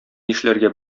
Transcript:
нишләргә